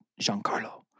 Giancarlo